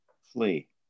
flee